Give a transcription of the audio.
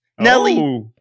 Nelly